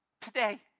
Today